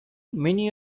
many